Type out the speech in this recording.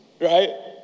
Right